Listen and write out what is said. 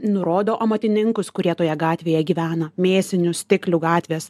nurodo amatininkus kurie toje gatvėje gyvena mėsinių stiklių gatvės